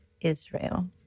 Israel